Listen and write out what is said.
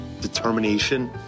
determination